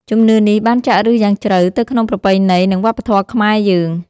ជំនឿនេះបានចាក់ឫសយ៉ាងជ្រៅទៅក្នុងប្រពៃណី និងវប្បធម៌ខ្មែរយើង។